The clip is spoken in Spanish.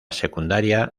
secundaria